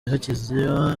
hakiza